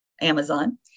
Amazon